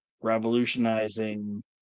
revolutionizing